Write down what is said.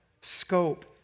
scope